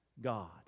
God